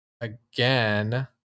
again